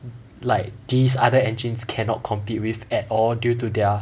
like these other engines cannot compete with at all due to their